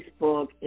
Facebook